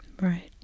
Right